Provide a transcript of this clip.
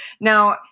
now